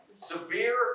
Severe